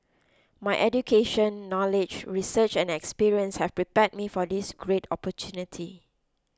my education knowledge research and experience have prepared me for this great opportunity